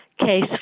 case